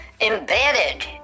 embedded